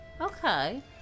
okay